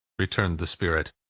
returned the spirit,